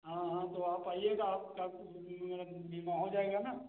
हाँ हाँ तो आप आइएगा आपका कुछ बीमा हो जाएगा न